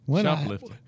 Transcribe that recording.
Shoplifting